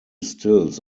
stills